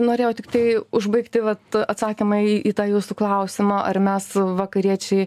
norėjau tiktai užbaigti vat atsakymą į tą jūsų klausimą ar mes vakariečiai